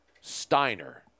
Steiner